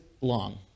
long